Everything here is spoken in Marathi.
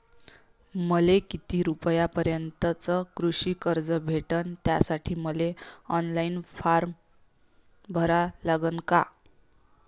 मले किती रूपयापर्यंतचं कृषी कर्ज भेटन, त्यासाठी मले ऑनलाईन फारम भरा लागन का?